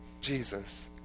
Jesus